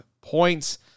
points